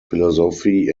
philosophy